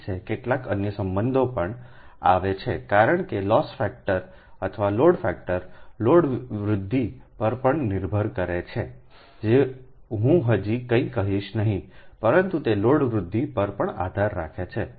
8 છે કેટલાક અન્ય સંબંધો પણ આવે છે કારણ કે લોસ ફેક્ટર અથવા લોડ ફેક્ટર લોડ વૃદ્ધિ પર પણ નિર્ભર છે જે હું હજી કંઈ કહીશ નહીં પરંતુ તે લોડ વૃદ્ધિ પર પણ આધાર રાખે છે